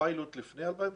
הפיילוט לפני 2019?